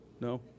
No